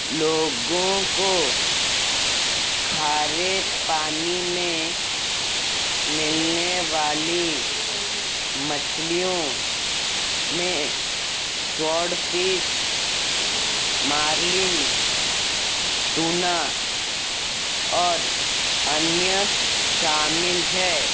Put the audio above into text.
लोगों को खारे पानी में मिलने वाली मछलियों में स्वॉर्डफिस मार्लिन टूना और अन्य शामिल है